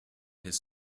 his